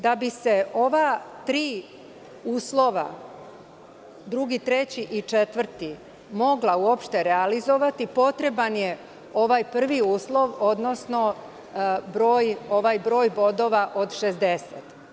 Da bi se ova tri uslova, drugi, treći i četvrti, mogla uopšte realizovati, potreban je ovaj prvi uslov, odnosno ovaj broj bodova od 60.